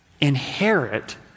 inherit